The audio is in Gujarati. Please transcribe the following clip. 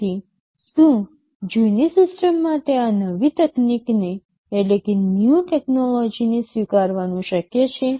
તેથી શું જૂની સિસ્ટમ માટે આ નવી તકનીકને સ્વીકારવાનું શક્ય છે